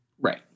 Right